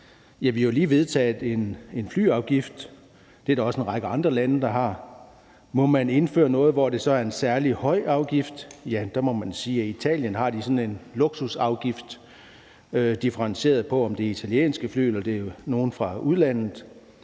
Vi har jo lige vedtaget en flyafgift. Det er der også en række andre lande der har. Må man indføre noget, som betyder, at det så er en særlig høj afgift? Der må man sige, at i Italien har de sådan en luksusafgift, der er differentieret, alt efter om det er italienske fly eller det er nogle fly fra udlandet.